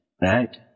right